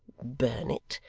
burn it,